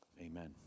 amen